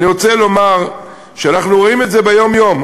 אני רוצה לומר שאנחנו רואים את זה יום-יום.